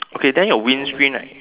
okay then your windscreen right